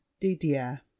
didier